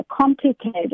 complicated